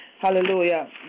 Hallelujah